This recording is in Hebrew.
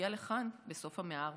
הגיעה לכאן בסוף המאה ה-14,